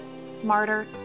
smarter